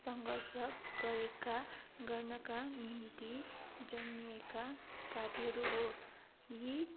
सङ्घर्ष गरेका गर्नका निम्ति जन्मिएका पार्टीहरू हो यी